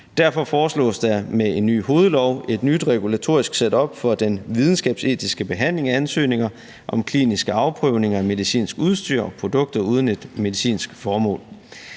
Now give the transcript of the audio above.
derfor foreslås der med en ny hovedlov et nyt regulatorisk setup for den videnskabsetiske behandling af ansøgninger om kliniske afprøvninger af medicinsk udstyr og produkter uden et medicinsk formål.